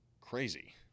crazy